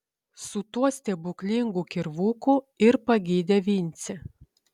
su tuo stebuklingu kirvuku ir pagydė vincę